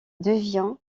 devient